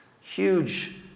huge